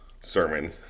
sermon